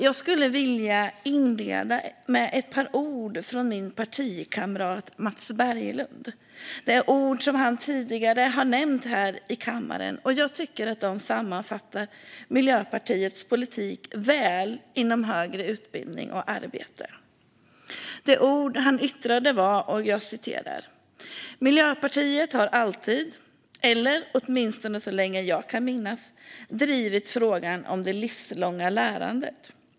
Jag skulle vilja inleda med några ord från min partikamrat Mats Berglund. Det är ord som han tidigare har uttalat i kammaren och som jag tycker sammanfattar Miljöpartiets politik inom högre utbildning och arbete väl. De ord han yttrade var: "Miljöpartiet har alltid - eller åtminstone så länge jag kan minnas - drivit frågan om det livslånga lärandet.